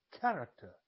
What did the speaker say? character